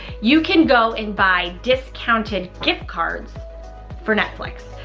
you can go and buy discounted gift cards for netflix.